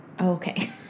Okay